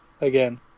again